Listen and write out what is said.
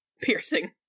piercing